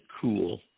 cool